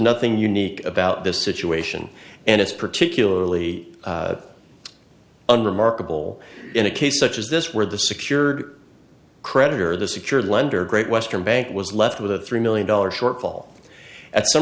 nothing unique about this situation and it's particularly under markable in a case such as this where the secured creditor the secure lender great western bank was left with a three million dollars shortfall at